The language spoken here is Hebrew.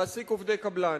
להעסיק עובדי קבלן.